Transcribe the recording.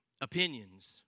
opinions